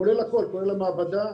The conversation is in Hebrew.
כולל המעבדה,